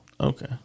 Okay